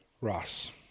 Ross